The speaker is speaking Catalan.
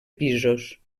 pisos